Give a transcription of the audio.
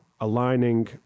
aligning